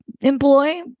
employ